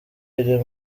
iri